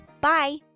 Bye